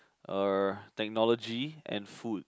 err technology and food